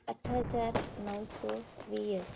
अठ हज़ार नौ सौ वीह